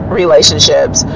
relationships